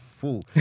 fool